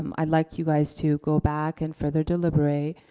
um i'd like you guys to go back and further deliberate,